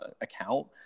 account